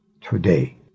today